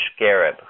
Garib